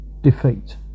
defeat